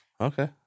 okay